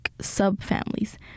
sub-families